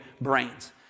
brains